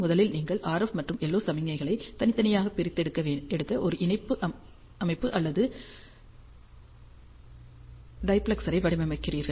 முதலில் நீங்கள் RF மற்றும் LO சமிக்ஞைகளை தனித்தனியாக பிரித்து எடுக்க ஒரு இணைப்பு அமைப்பு அல்லது டைப்ளெக்சரை வடிவமைக்கிறீர்கள்